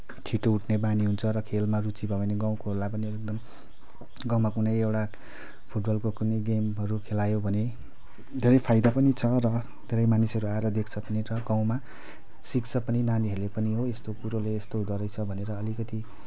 छिटो उठ्ने बानी हुन्छ र खेलमा रुचि भयो भने गाउँकोहरूलाई पनि एकदम गाउँमा कुनै एउटा फुटबलको कुनै गेमहरू खेलायो भने धेरै फाइदा पनि छ र धेरै मानिसहरू आएर देख्छ पनि र गाउँमा सिक्छ पनि नानीहरूले पनि हो यस्तो कुरोले यस्तो हुँदोरहेछ भनेर अलिकति